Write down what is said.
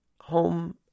home